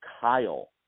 Kyle